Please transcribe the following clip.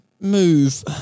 move